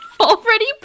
already